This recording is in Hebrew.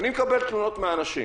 אני מקבל תלונות מאנשים,